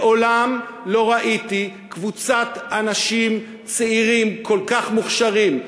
מעולם לא ראיתי קבוצת אנשים צעירים כל כך מוכשרים,